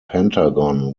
pentagon